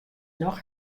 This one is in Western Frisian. noch